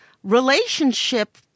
relationship